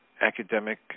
academic